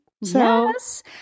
Yes